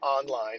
online